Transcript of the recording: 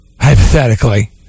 hypothetically